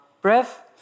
breath